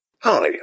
Hi